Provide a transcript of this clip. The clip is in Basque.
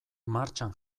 martxan